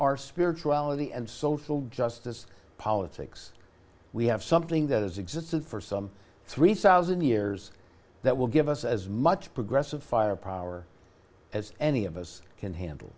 our spirituality and social justice politics we have something that has existed for some three thousand years that will give us as much progressive fire power as any of us can handle